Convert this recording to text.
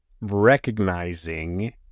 recognizing